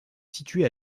située